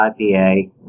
IPA